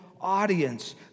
audience